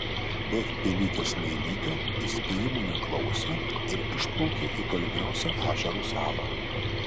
bet pelytė smailytė įspėjimų neklausė ir išplaukė į tolimiausią ežero salą